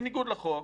בניגוד לחוק,